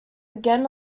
again